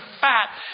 fat